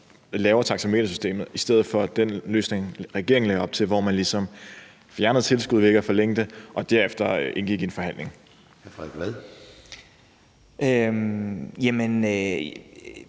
laver taxametersystemet i stedet for den løsning, regeringen lægger op til, hvor man ligesom fjernede tilskuddet ved ikke at forlænge det og derefter indgik i en forhandling. Kl. 11:15 Formanden